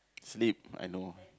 sleep I know